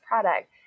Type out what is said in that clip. product